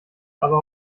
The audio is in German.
aber